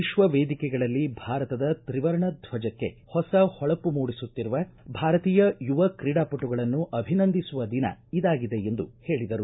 ವಿಶ್ವ ವೇದಿಕೆಗಳಲ್ಲಿ ಭಾರತದ ತ್ರಿವರ್ಣ ಧ್ವಜಕ್ಕೆ ಹೊಸ ಹೊಳಪು ಮೂಡಿಸುತ್ತಿರುವ ಭಾರತೀಯ ಯುವ ತ್ರೀಡಾ ಪಟುಗಳನ್ನು ಅಭಿನಂದಿಸುವ ದಿನ ಇದಾಗಿದೆ ಎಂದು ಹೇಳಿದರು